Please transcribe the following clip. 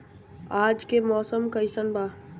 आज के मौसम कइसन बा?